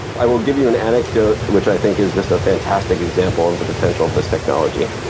i will give you an anecdote which i think is just a fantastic example of the potential of this technology.